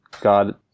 God